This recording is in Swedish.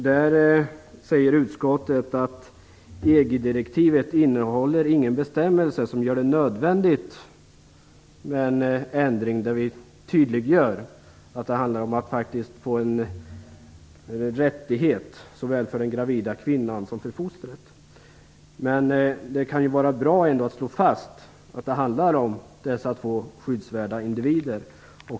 Där säger utskottet att EU-direktivet inte innehåller någon bestämmelse som gör det nödvändigt med en ändring där vi tydliggör att det faktiskt handlar om en rättighet för såväl den gravida kvinnan som fostret. Det kan vara bra att slå fast att det handlar om dessa två skyddsvärda individer.